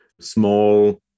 small